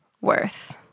worth